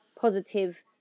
positive